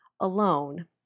alone